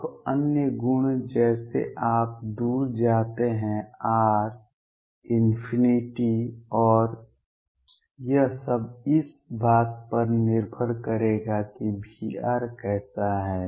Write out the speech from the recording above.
अब अन्य गुण जैसे आप दूर जाते हैं r →∞ और यह सब इस बात पर निर्भर करेगा कि V कैसा है